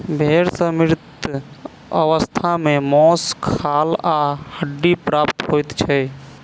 भेंड़ सॅ मृत अवस्था मे मौस, खाल आ हड्डी प्राप्त होइत छै